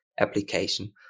application